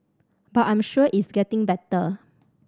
but I'm sure it's getting better